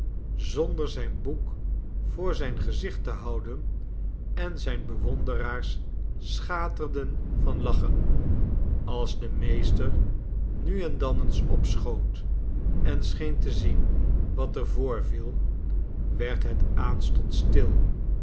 zonder zijn boek voor zijn gezicht te houden en zijne bewonderaars schaterden van lachen als de meester nu en dan eens opschoot en scheen te zien wat er voorviel werd het aanstonds stil